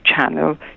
channel